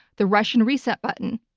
the russian reset button,